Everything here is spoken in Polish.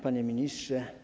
Panie Ministrze!